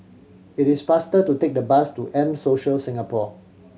it is faster to take the bus to M Social Singapore